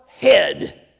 head